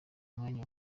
mwanya